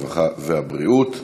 הרווחה והבריאות.